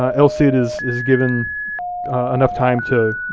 um el cid is is given enough time to,